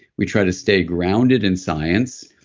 we try to stay grounded in science,